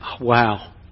Wow